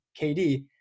KD